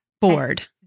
bored